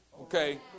okay